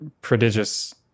prodigious